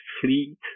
fleet